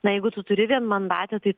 na jeigu tu turi vienmandatę tai